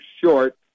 short